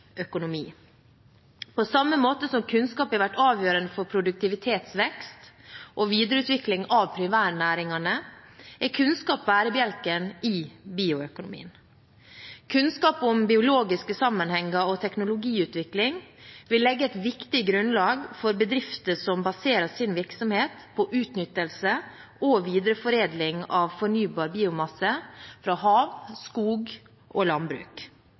økonomi. På samme måte som kunnskap har vært avgjørende for produktivitetsvekst og videreutvikling av primærnæringene, er kunnskap bærebjelken i bioøkonomien. Kunnskap om biologiske sammenhenger og teknologiutvikling vil legge et viktig grunnlag for bedrifter som baserer sin virksomhet på utnyttelse og videreforedling av fornybar biomasse fra hav, skog og landbruk.